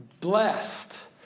Blessed